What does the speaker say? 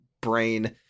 brain